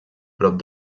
prop